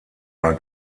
war